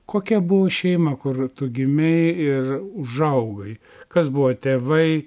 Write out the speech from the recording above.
kokia buvo šeima kur tu gimei ir užaugai kas buvo tėvai